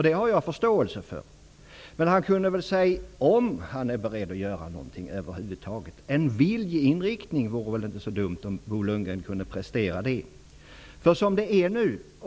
Det har jag förståelse för. Men han kunde väl säga om han är beredd att göra någonting över huvud taget. Det vore inte så dumt om Bo Lundgren kunde prestera en viljeinriktning.